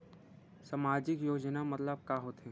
सामजिक योजना मतलब का होथे?